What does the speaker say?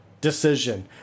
decision